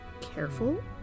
careful